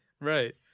Right